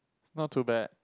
not too bad